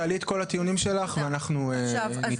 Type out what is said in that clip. תעלה את כל הטיעונים שלך ואנחנו נתייחס.